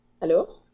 Hello